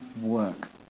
work